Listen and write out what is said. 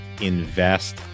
invest